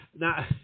Now